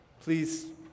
Please